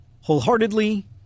wholeheartedly